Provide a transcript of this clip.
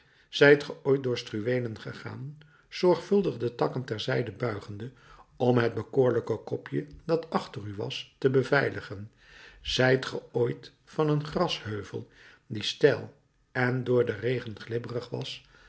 zijt ge ooit door struweelen gegaan zorgvuldig de takken ter zijde buigende om het bekoorlijk kopje dat achter u was te beveiligen zijt ge ooit van een grasheuvel die steil en door den regen glibberig was